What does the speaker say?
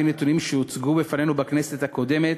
נתונים שהוצגו בפנינו בכנסת הקודמת,